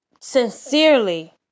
sincerely